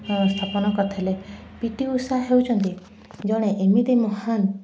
ସ୍ଥାପନ କରିଥିଲେ P T Usha ହେଉଛନ୍ତି ଜଣେ ଏମିତି ମହାନ୍